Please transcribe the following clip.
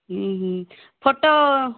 ହୁଁ ହୁଁ ଫୋଟ